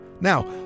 Now